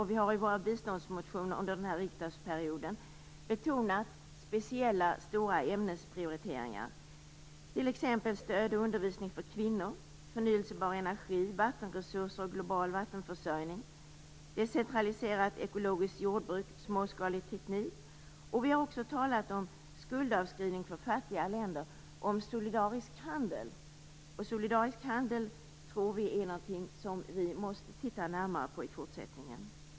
Vi har i våra biståndsmotioner under den här riksdagsperioden betonat speciella stora ämnesprioriteringar, t.ex. stöd och undervisning för kvinnor, förnybar energi, vattenresurser och global vattenförsörjning, decentraliserat ekologiskt jordbruk och småskalig teknik. Vi har också talat om skuldavskrivning för fattiga länder och om solidarisk handel. Solidarisk handel tror vi är någonting som vi måste titta närmare på i fortsättningen.